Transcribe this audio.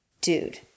Dude